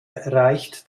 reicht